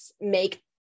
make